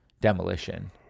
demolition